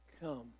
come